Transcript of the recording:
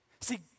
See